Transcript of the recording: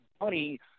money